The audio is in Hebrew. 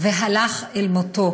והלך אל מותו